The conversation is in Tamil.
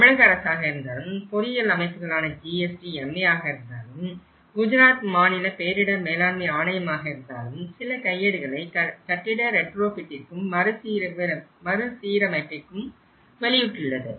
தமிழக அரசாக இருந்தாலும் பொறியியல் அமைப்புகளான GSD MA ஆக இருந்தாலும் குஜராத் மாநில பேரிடர் மேலாண்மை ஆணையமாக இருந்தாலும் சில கையேடுகளை கட்டிட ரெட்ரோஃபிட்டிற்கும் மறுசீரமைப்பிற்கும் வெளியிட்டுள்ளது